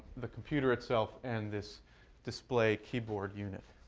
the computer itself, and this display keyboard unit.